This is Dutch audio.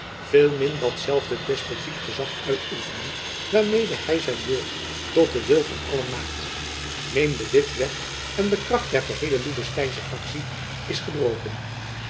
veel min datzelfde despotiek gezach uitoefenen waarjacob van lennep elizabeth musch mede hy zijn wil tot den wil van allen maakt neem de wit weg en de kracht der geheele loevensteinsche faktie is gebroken